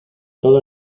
todo